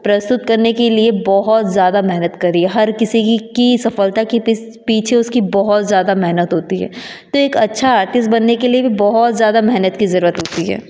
प्रस्तुत करने के लिए बहुत ज़्यादा मेहनत करी है हर किसी की सफलता के पीछे उसकी बहुत ज़्यादा मेहनत होती है ते एक अच्छा आर्टिस्ट बनने के लिए भी बहुत ज़्यादा मेहनत की ज़रूरत होती है